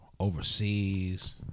Overseas